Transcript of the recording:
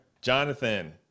Jonathan